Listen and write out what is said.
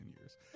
years